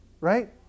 right